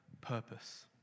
purpose